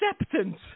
acceptance